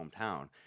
hometown